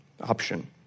option